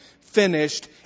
finished